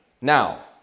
Now